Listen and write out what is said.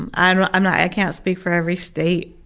and and i can't speak for every state,